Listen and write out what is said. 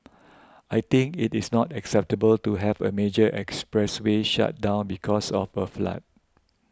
I think it is not acceptable to have a major expressway shut down because of a flood